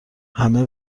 همه